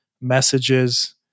messages